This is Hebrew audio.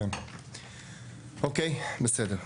כן, אוקיי, בסדר.